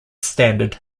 standard